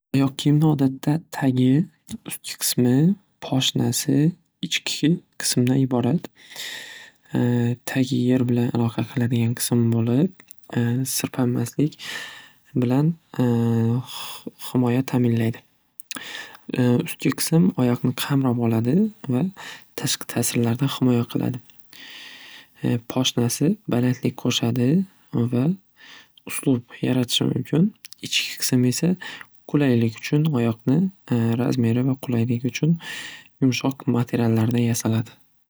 Oyoq kiyimni odatda tagi, ustki qismi, poshnasi ichki qismdan iborat. Tagi yer bilan aloqa qiladigan qism bo'lib sirpanmaslik bilan h- himoya ta'minlaydi. Ustki qism oyoqni qamrab oladi va tashqi tasirlardan himoya qiladi. Poshnasi balandlik qo'shadi va uslub yaratishi mumkin, ichki qism esa qulaylik uchun oyoqni razmeri va qulayligi uchun yumshoq materiallardan yasaladi.